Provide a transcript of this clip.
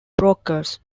brokers